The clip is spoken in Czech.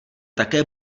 také